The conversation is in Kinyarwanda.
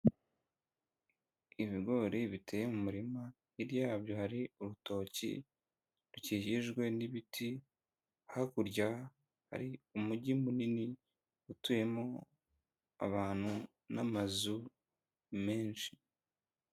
Ibigori biteye mu murima, hirya yabyo hari urutoki rukikijwe n'ibiti, hakurya hari umugi munini utuyemo abantu n'amazu menshi.